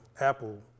Apple